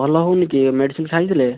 ଭଲ ହଉନି କି ମେଡ଼ିସିନ୍ ଖାଇଥିଲେ